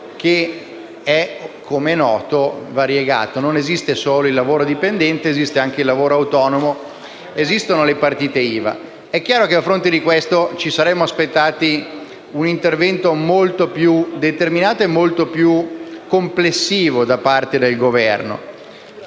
che, come è noto, è variegato: non esiste solo il lavoro dipendente, ma anche quello autonomo e le partite IVA. È chiaro che a fronte di questo ci saremmo aspettati un intervento molto più determinato e complessivo da parte del Governo.